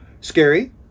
Scary